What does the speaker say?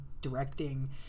directing